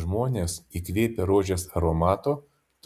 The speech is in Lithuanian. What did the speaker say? žmonės įkvėpę rožės aromato